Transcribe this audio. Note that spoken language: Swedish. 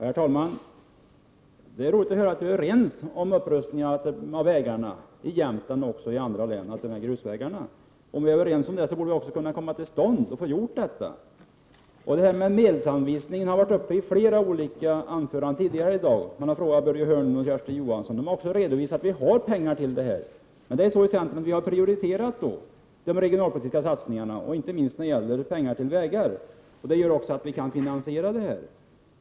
Herr talman! Det är roligt att höra att vi är överens om behovet av upprustning av grusvägarna i Jämtland och i andra län. Om vi är överens om det borde denna upprustning också kunna komma till stånd. Medelsanvisningen har tagits upp i flera anföranden tidigare i dag. Börje Hörnlund och Kersti Johansson har fått frågor om denna. De har också redovisat att vi i centern kan anvisa pengar till detta. Men vi i centern har prioriterat de regionalpolitiska satsningarna, inte minst när det gäller pengar till vägar. Därför kan vi också finansiera denna upprustning av vägarna.